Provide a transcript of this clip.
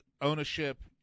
ownership